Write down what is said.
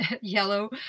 yellow